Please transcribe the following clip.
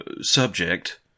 subject